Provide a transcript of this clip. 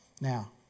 Now